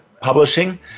Publishing